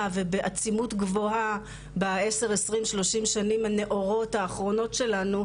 ובעצימות גבוהה ב- 10-20-30 שנים הנאורות האחרונות שלנו,